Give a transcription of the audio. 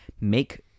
make